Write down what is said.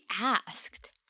asked